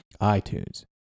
iTunes